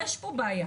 יש פה בעיה.